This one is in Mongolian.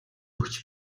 өгч